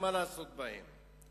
ומה לעשות בהם.